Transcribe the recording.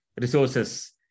resources